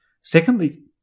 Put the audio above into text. Secondly